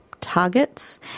targets